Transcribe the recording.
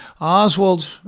Oswald